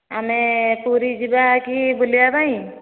ଆମେ ପୁରୀ ଯିବା କି ବୁଲିବା ପାଇଁ